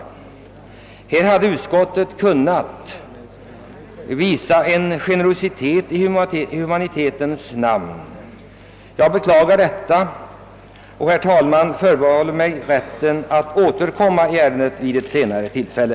Utskottet hade i humanitetens namn kunnat visa en större generositet. Jag beklagar att så inte blev fallet och jag förbehåller mig, herr talman, rätten att återkomma i ärendet vid ett senare tillfälle.